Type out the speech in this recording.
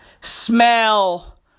smell